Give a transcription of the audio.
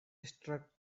struck